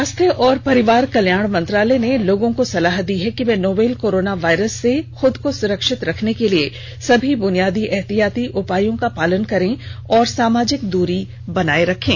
स्वास्थ्य और परिवार कल्याण मंत्रालय ने लोगों को सलाह दी है कि वे नोवेल कोरोना वायरस से अपने को सुरक्षित रखने के लिए सभी बुनियादी एहतियाती उपायों का पालन करें और सामाजिक दूरी बनाए रखें